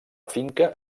finca